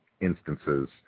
instances